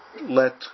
let